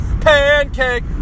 pancake